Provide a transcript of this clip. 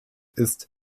ist